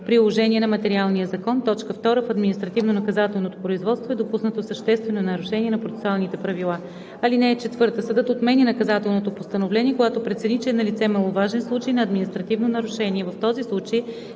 приложение на материалния закон; 2. в административнонаказателното производство е допуснато съществено нарушение на процесуалните правила. (4) Съдът отменя наказателното постановление, когато прецени, че е налице маловажен случай на административно нарушение.